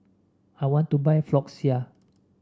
I want to buy Floxia